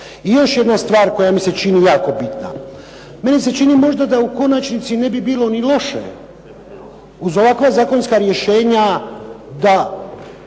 I još jedna stvar koja mi se čini jako bitna. Meni se čini da u konačnici možda ne bi bilo ni loše uz ovakva zakonska rješenja da